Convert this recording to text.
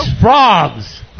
Frogs